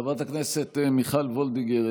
חברת הכנסת מיכל וולדיגר,